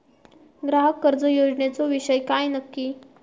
ग्राहक कर्ज योजनेचो विषय काय नक्की?